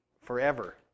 forever